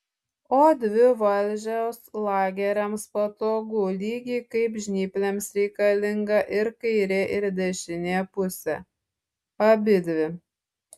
o dvi valdžios lageriams patogu lygiai kaip žnyplėms reikalinga ir kairė ir dešinė pusė abidvi